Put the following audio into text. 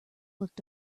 looked